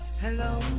Hello